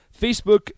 Facebook